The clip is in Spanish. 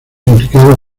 implicados